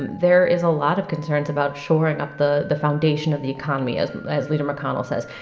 and there is a lot of concerns about shoring up the the foundation of the economy, as as leader mcconnell says.